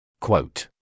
Quote